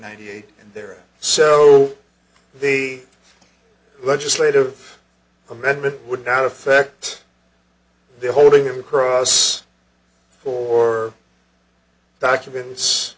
ninety eight and there so they legislative amendment would not affect the holding him across or documents